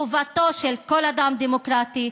חובתו של כל אדם דמוקרטי,